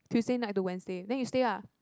Tuesday night to Wednesday then you stay <[ah]